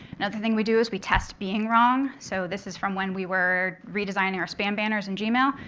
another thing we do is we test being wrong. so this is from when we were redesigning our spam banners in gmail.